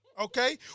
Okay